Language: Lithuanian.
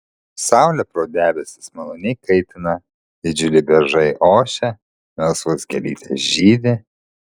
saulė pro debesis maloniai kaitina didžiuliai beržai ošia melsvos gėlytės žydi